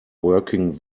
working